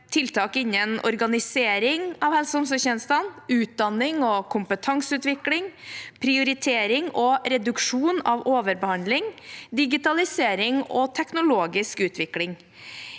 tiltak innen – organisering av helse- og omsorgstjenestene – utdanning og kompetanseutvikling – prioritering og reduksjon av overbehandling – digitalisering og teknologisk utvikling.